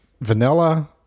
Vanilla